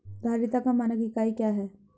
धारिता का मानक इकाई क्या है?